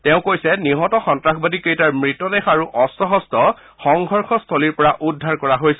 তেওঁ কৈছে নিহত সন্তাসবাদীকেইটাৰ মৃতদেহ আৰু অস্ত্ৰ শস্ত্ৰ সংঘৰ্ষস্থলীৰ পৰা উদ্ধাৰ কৰা হৈছে